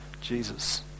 jesus